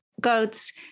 goats